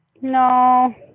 No